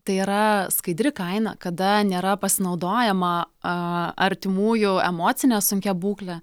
tai yra skaidri kaina kada nėra pasinaudojama a artimųjų emocine sunkia būkle